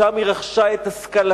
שם היא רכשה את השכלתה,